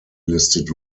listed